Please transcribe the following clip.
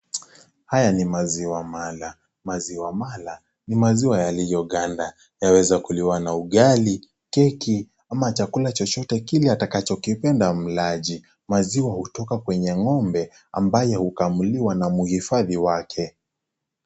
Haya ni maziwa mala. Maziwa mala ni maziwa yaliyokanda. Yaweza kuliwa na ugali, keki ama chakula chochote kile atakachokipenda mlaji. Maziwa hutoka kwenye ng'ombe ambaye hukamuliwa na mhifadhi wake.